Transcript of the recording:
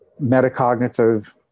metacognitive